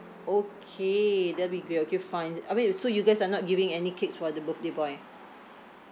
okay that'll be great okay fine I mean so you guys are not giving any cakes for the birthday boy